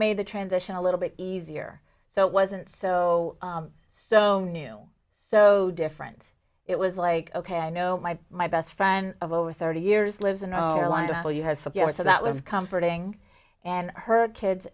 made the transition a little bit easier so it wasn't so so new so different it was like ok i know my my best friend of over thirty years lives and reliable you has for years so that was comforting and her kids